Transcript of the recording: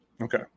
Okay